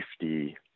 safety